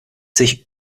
sich